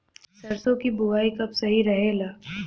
सरसों क बुवाई कब सही रहेला?